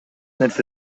нерсе